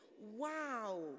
Wow